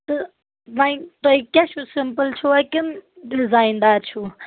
تہٕ وۄنۍ تۄہہِ کیٛاہ چھُ سِمپل چھُوا کِنہٕ ڈِزایندار چھُو